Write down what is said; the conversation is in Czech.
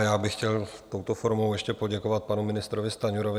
Já bych chtěl touto formou ještě poděkovat panu ministrovi Stanjurovi.